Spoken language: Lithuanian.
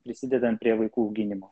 prisidedant prie vaikų auginimo